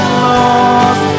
lost